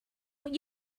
what